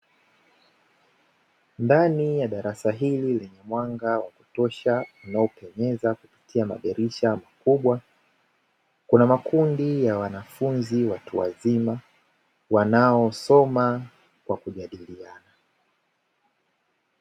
Ndani ya darasa hili lenye mwanga wa kutosha unao penyeza, kupitia madirisha makubwa. kuna makundi ya wanafunzi watu wazima wanaosoma kwa kujadiliana.